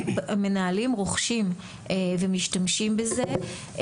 תלמידים רוכשים ומשתמשים בזה.